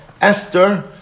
Esther